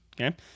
okay